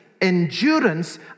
endurance